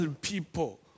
people